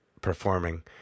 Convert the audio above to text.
performing